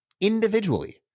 individually